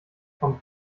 vom